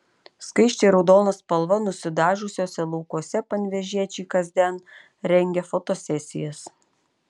skaisčiai raudona spalva nusidažiusiuose laukuose panevėžiečiai kasdien rengia fotosesijas